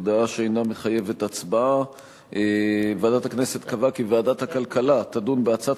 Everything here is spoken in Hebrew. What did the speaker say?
הודעה שאינה מחייבת הצבעה: ועדת הכנסת קבעה כי ועדת הכלכלה תדון בהצעת